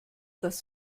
das